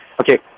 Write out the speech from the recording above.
okay